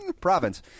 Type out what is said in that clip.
Province